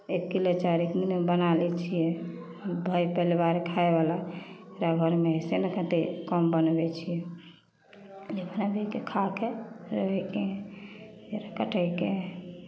एक किलो चारि दिने बना लै छियै भरि परिवार हइ खायवला पूरा घरमे से नहि कहतै कम बनबै छियै जितना देतै खा कऽ रहयके हइ दिन कटयके हइ